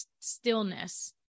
stillness